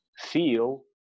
feel